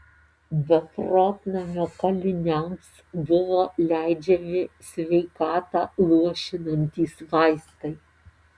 beprotnamio kaliniams buvo leidžiami sveikatą luošinantys vaistai